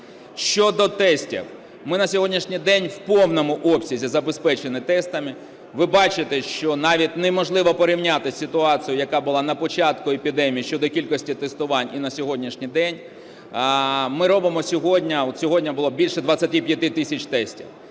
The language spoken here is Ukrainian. Щодо тестів. Ми на сьогоднішній день у повному обсязі забезпечені тестами. Ви бачите, що навіть неможливо порівняти ситуацію, яка була на початку епідемії щодо кількості тестувань і на сьогоднішній день. Ми робимо сьогодні, от сьогодні було більше 25 тисяч тестів.